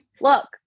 Look